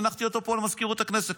הנחתי אותו פה למזכירות הכנסת.